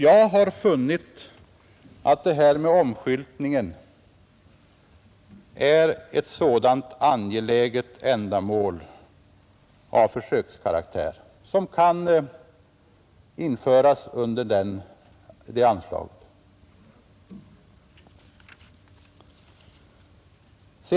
Jag har funnit att försöket med differentierade hastigheter är ett sådant angeläget ändamål av försökskaraktär som kan införas under det anslaget.